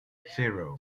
zero